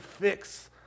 fix